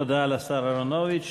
תודה לשר אהרונוביץ.